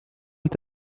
est